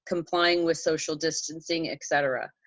complying with social distancing, et cetera,